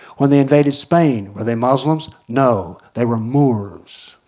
when they invaded spain, were they muslims? no they were moors.